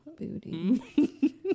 booty